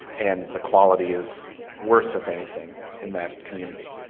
and the quality is worse, if anything, in that community.